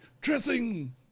Dressing